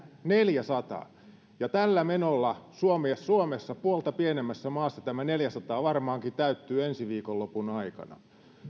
neljäsataa ja tällä menolla suomessa puolta pienemmässä maassa tämä neljäsataa varmaankin täyttyy ensi viikonlopun aikana